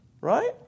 Right